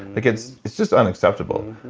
like it's it's just unacceptable.